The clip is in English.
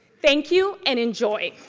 thank you and enjoy.